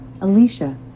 Alicia